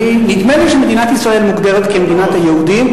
נדמה לי שמדינת ישראל מוגדרת כמדינת היהודים,